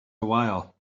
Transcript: while